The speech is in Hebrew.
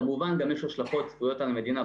כמובן גם יש השלכות שצפויות על המדינה.